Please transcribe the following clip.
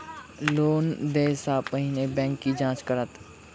Loan देय सा पहिने बैंक की जाँच करत?